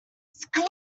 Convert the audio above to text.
screw